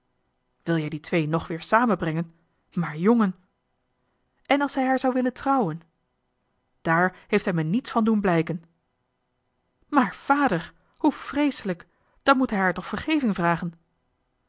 wil jij die twee nog weer samenbrengen maar jongen en als hij haar zou willen trouwen dààr heeft hij me niets van doen blijken maar vader hoe vreeselijk dan moet hij haar toch vergeving vragen